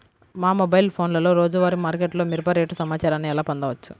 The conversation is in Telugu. మా మొబైల్ ఫోన్లలో రోజువారీ మార్కెట్లో మిరప రేటు సమాచారాన్ని ఎలా పొందవచ్చు?